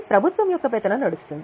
ప్రభుత్వం యొక్క పెత్తనం నడుస్తుంది